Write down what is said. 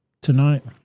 tonight